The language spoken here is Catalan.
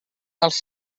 dels